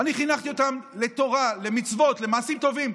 אני חינכתי אותם לתורה, למצוות, למעשים טובים.